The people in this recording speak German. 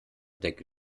decke